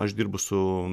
aš dirbu su